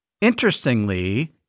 Interestingly